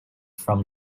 from